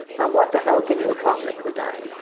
now, what the hell can you accomplish with that?